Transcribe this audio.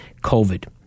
COVID